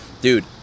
dude